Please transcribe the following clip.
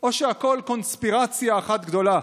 או שהכול קונספירציה אחת גדולה,